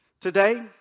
Today